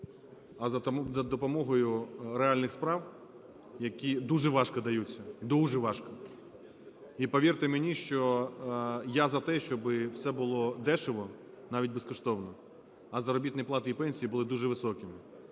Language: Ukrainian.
а за допомогою реальних справ, які дуже важко даються, дуже важко. І повірте мені, що я за те, щоби все було дешево, навіть безкоштовно, а заробітні плати і пенсії були дуже високі.